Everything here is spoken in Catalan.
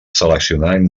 seleccionant